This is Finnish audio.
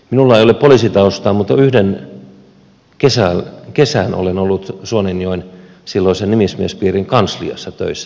minulla ei ole poliisitaustaa mutta yhden kesän olen ollut suonenjoen silloisen nimismiespiirin kansliassa töissä